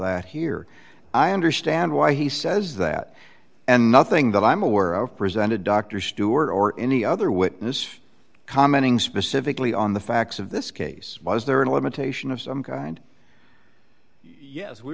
that here i understand why he says that and nothing that i'm aware of presented dr stewart or any other witness commenting specifically on the facts of this case was there any limitation of some kind yes we